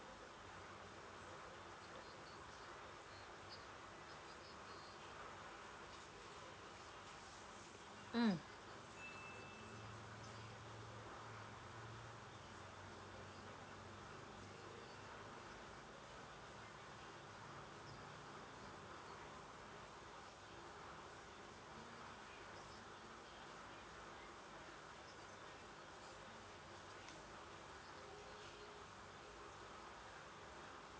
mm